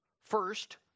first